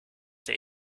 der